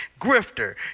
Grifter